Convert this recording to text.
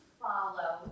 follow